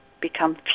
become